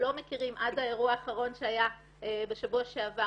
עד האירוע האחרון שהיה בשבוע שעבר,